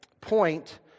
point